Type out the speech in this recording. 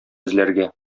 эзләргә